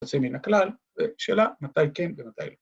‫יוצאים מן הכלל, ושאלה, ‫מתי כן ומתי לא